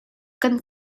kan